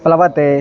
प्लवते